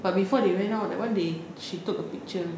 but before they went out that one day she took a picture